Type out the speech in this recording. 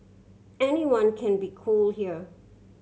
anyone can be cool here